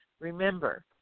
Remember